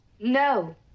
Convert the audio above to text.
No